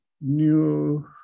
new